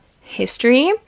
history